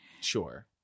Sure